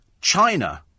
China